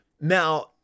Now